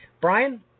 Brian